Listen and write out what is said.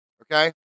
Okay